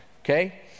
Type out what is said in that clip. Okay